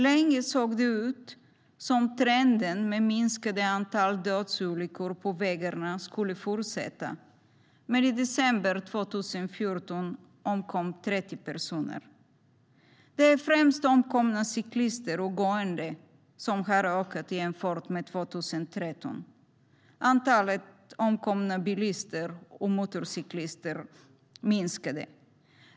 Länge såg det ut som om trenden med minskande antal dödsolyckor på vägarna skulle fortsätta, men i december 2014 omkom 30 personer. Det är främst antalet omkomna cyklister och gående som har ökat jämfört med 2013. Antalet omkomna bilister och motorcyklister har minskat.